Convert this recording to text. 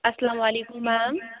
السلام علیکُم میم